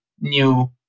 new